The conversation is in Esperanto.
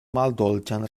maldolĉan